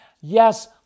yes